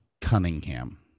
Cunningham